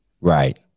right